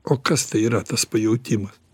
o kas tai yra tas pajautima